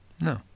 no